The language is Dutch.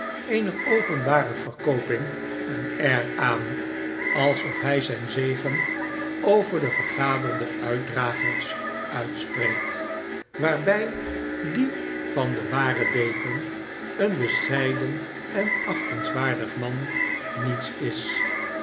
eener openbare verkooping een air aan alsof hij zijn zegen over de vergaderde uitdragers uitspreekt waarby die van den waren deken een bescheiden en achtenswaardig man niets is